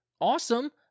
awesome